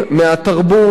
מהתרבות,